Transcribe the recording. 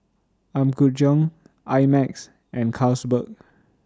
Apgujeong I Max and Carlsberg